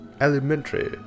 Elementary